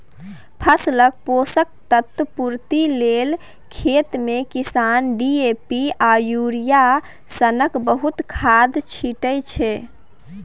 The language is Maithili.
फसलक पोषक तत्व पुर्ति लेल खेतमे किसान डी.ए.पी आ युरिया सनक बहुत खाद छीटय छै